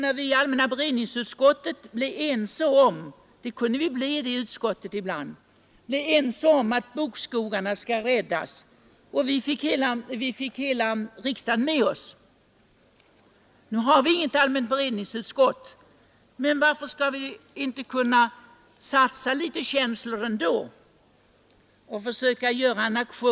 När vi i allmänna beredningsutskottet blev ense — det kunde vi bli ibland i det utskottet — om att bokskogarna skulle räddas fick vi hela riksdagen med oss. Nu har vi inget allmänt beredningsutskott, men varför skall vi inte kunna satsa litet känsla ändå och försöka en aktion?